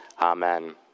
Amen